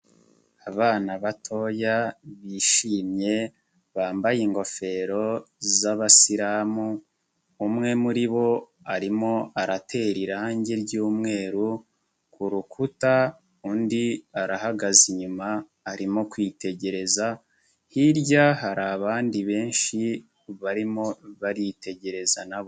Abana batoya bishimye bambaye ingofero z'abasiramu umwe muri bo arimo aratera irangi ry'umweru ku rukuta undi arahagaze inyuma arimo kwitegereza hirya hari abandi benshi barimo baritegereza nabo.